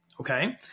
okay